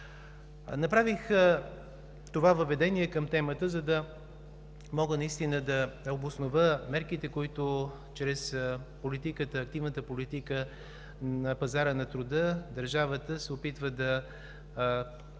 Направих това въведение към темата, за да мога да обоснова мерките, които, чрез активната политика на пазара на труда, държавата се опитва да бъде